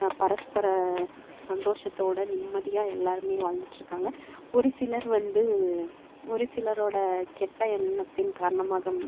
பரஸ்பர சந்தோஷத்தோடு நிம்மதியாக எல்லோருமே வாழ்ந்துட்டிருக்காங்க ஒரு சிலர் வந்து ஒரு சிலரோடய கெட்ட எண்ணத்தின் காரணமாக